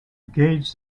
gauge